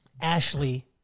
Ashley